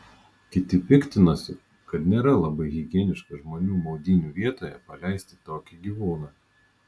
kiti piktinosi kad nėra labai higieniška žmonių maudynių vietoje paleisti tokį gyvūną